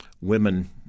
women